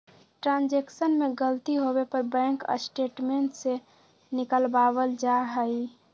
transaction में गलती होवे पर बैंक स्टेटमेंट के निकलवावल जा हई